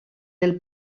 del